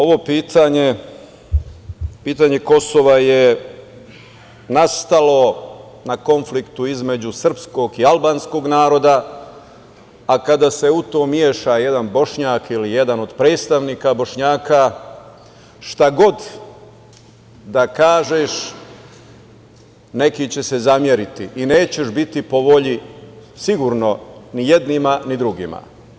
Ovo pitanje, pitanje Kosova je nastalo na konfliktu između srpskog i albanskog naroda, a kada se u to umeša jedan Bošnjak ili jedan od predstavnika Bošnjaka, šta god da kažeš neki će se zameriti i nećeš biti po volji sigurno ni jednima ni drugima.